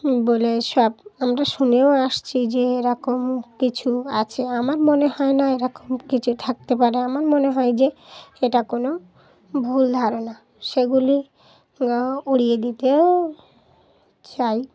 বলে সব আমরা শুনেও আসছি যে এরকম কিছু আছে আমার মনে হয় না এরকম কিছু থাকতে পারে আমার মনে হয় যে এটা কোনো ভুল ধারণা সেগুলি উড়িয়ে দিতেও চাই